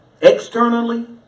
Externally